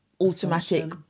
automatic